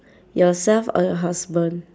yourself or your husband